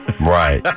Right